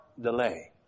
delay